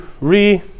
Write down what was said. re